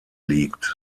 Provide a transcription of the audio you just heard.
liegt